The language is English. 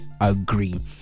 agree